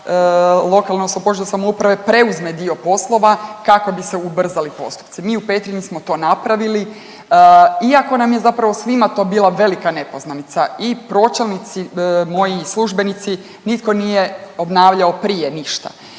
lokalne odnosno područne samouprave preuzme dio poslova kako bi se ubrzali postupci. Mi u Petrinji smo to napravili iako nam je zapravo svima to bila velika nepoznanica i pročelnici moji i službenici, nitko nije obnavljao prije ništa.